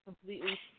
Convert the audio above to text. completely